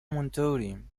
همونطوریم